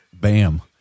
Bam